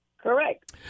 Correct